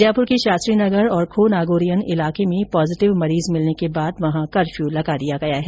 जयपुर के शास्त्रीनगर और खोनागोरियान ईलाके में पॉजिटिव मरीज मिलने के बाद वहां कर्फ्य लगा दिया गया है